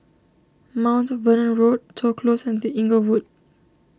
Mount Vernon Road Toh Close and the Inglewood